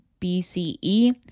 BCE